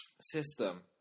system